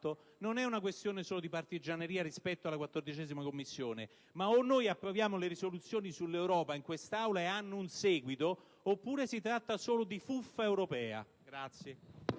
Non è una questione solo di partigianeria rispetto alla 14ª Commissione, ma o noi approviamo le risoluzioni sull'Europa in quest'Aula, e hanno un seguito, oppure si tratta solo di fuffa europea.